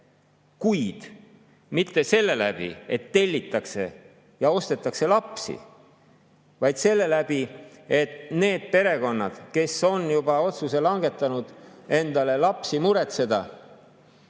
kuid mitte nii, et tellitakse ja ostetakse lapsi, vaid nii, et need perekonnad, kes on juba otsuse langetanud endale lapsi muretseda,